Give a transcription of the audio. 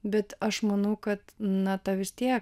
bet aš manau kad na ta vis tiek